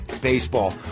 baseball